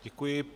Děkuji.